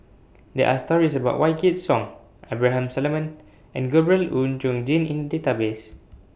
There Are stories about Wykidd Song Abraham Solomon and Gabriel Oon Chong Jin in The Database